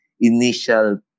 initial